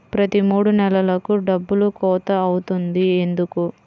ప్రతి మూడు నెలలకు డబ్బులు కోత అవుతుంది ఎందుకు?